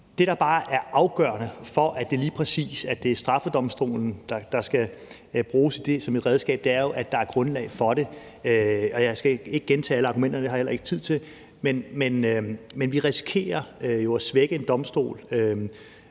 Det, der bare er afgørende for, at det lige præcis er straffedomstolen, der skal bruges som et redskab, er jo, at der er grundlag for det. Jeg skal ikke gentage alle argumenterne, og det har jeg heller ikke tid til, men vi risikerer jo at svække en domstol,